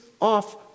off